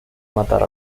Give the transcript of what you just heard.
matar